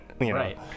Right